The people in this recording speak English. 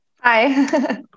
Hi